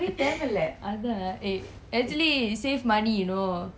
eh actually save money you know